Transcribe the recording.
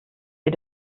ihr